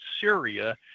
Syria